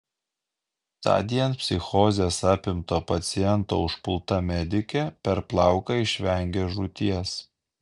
tądien psichozės apimto paciento užpulta medikė per plauką išvengė žūties